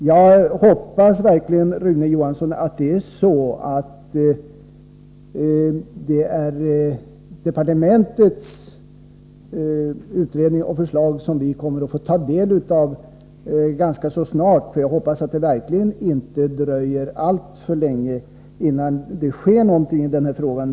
Jag hoppas verkligen, Rune Johansson, att det är departementets utredning och förslag som vi kommer att få ta del av ganska snart, och jag hoppas verkligen att det inte dröjer alltför länge innan någonting sker i den här frågan.